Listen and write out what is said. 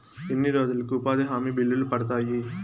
ఎన్ని రోజులకు ఉపాధి హామీ బిల్లులు పడతాయి?